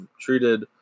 treated